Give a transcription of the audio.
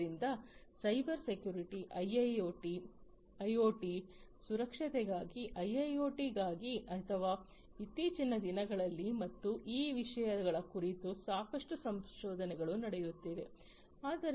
ಆದ್ದರಿಂದ cyber security IoT ಸುರಕ್ಷತೆಗಾಗಿ ಐಐಒಟಿಗಾಗಿ ಅಥವಾ ಇತ್ತೀಚಿನ ದಿನಗಳಲ್ಲಿ ಮತ್ತು ಈ ವಿಷಯಗಳ ಕುರಿತು ಸಾಕಷ್ಟು ಸಂಶೋಧನೆಗಳು ನಡೆಯುತ್ತಿವೆ